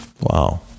wow